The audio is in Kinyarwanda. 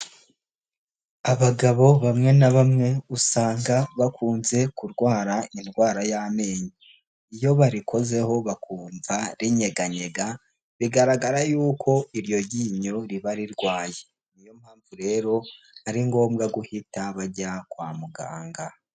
Abagabo bamwe na bamwe usanga bakunze kurwara indwara y'amenyo, iyo barikozeho bakumva rinyeganyega bigaragara yuko iryo ryinyo riba rirwaye, ni yo mpamvu rero ari ngombwa guhita bajya kwa muganga.